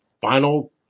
final